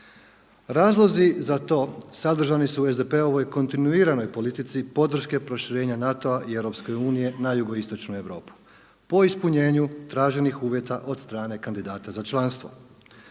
Razlozi za to sadržani su u SDP-ovoj kontinuiranoj politici podrške proširenja NATO-a i EU na Jugoistočnu Europu, po ispunjenju traženih uvjeta od strane kandidata za članstvo.